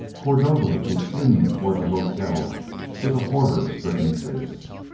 cordova was fleeing towards the hotel with a horror-stricken face.